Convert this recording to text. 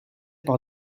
par